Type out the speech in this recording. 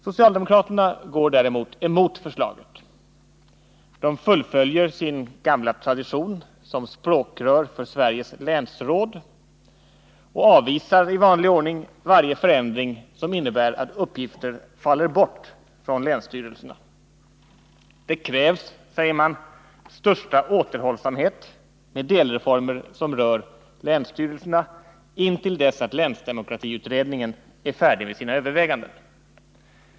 Socialdemokraterna går däremot emot förslaget. De fullföljer sin gamla tradition som språkrör för Sveriges länsråd och avvisar i vanlig ordning varje förändring som innebär att uppgifter faller bort från länsstyrelserna. Det krävs, säger socialdemokraterna, ”största återhållsamhet” med delreformer som rör länsstyrelserna intill dess att länsdemokratiutredningen är färdig med sina överväganden.